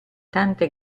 tante